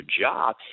job –